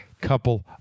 couple